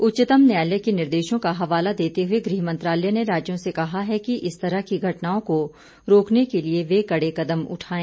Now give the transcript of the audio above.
उच्चतम न्यायालय के निर्देशों का हवाला देते हुए गृह मंत्रालय ने राज्यों से कहा है कि इस तरह की घटनाओं को रोकने के लिए वे कड़े कदम उठायें